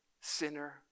sinner